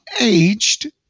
aged